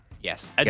Yes